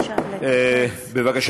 בבקשה,